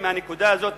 מהנקודה הזאת,